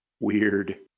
Weird